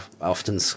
often